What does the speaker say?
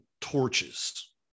torches